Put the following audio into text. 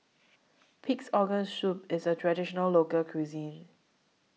Pig'S Organ Soup IS A Traditional Local Cuisine